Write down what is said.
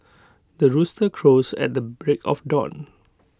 the rooster crows at the break of dawn